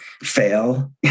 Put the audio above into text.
fail